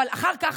אבל אחר כך,